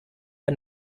der